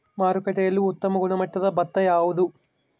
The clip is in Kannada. ಮಾರುಕಟ್ಟೆಯಲ್ಲಿ ಉತ್ತಮ ಗುಣಮಟ್ಟದ ಭತ್ತ ಯಾವುದು?